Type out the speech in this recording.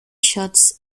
shuts